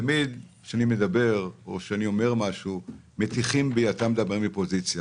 תמיד כשאני מדבר מטיחים בי שאני מדבר מפוזיציה.